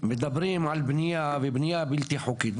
מדברים על בנייה ובנייה בלתי חוקית,